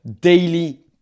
Daily